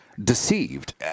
Deceived